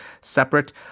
separate